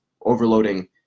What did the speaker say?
overloading